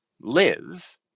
live